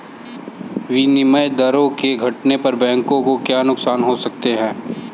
विनिमय दरों के घटने पर बैंकों को क्या नुकसान हो सकते हैं?